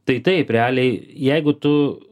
tai taip realiai jeigu tu